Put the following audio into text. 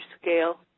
scale